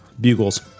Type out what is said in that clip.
Bugles